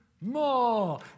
more